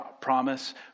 promise